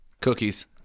cookies